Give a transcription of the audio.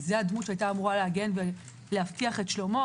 זו הדמות שהיתה אמורה להגן ולהבטיח את שלומו.